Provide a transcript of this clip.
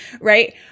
right